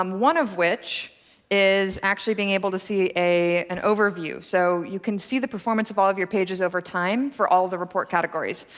um one of which is actually being able to see an overview. so you can see the performance of all of your pages over time for all the report categories.